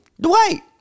Dwight